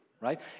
right